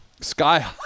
Sky